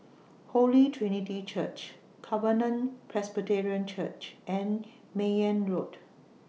Holy Trinity Church Covenant Presbyterian Church and Mayne Road